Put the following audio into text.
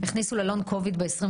ההקצאה לקופות בתחום התחרות היא 30